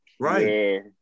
right